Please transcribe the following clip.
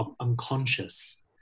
unconscious